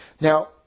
Now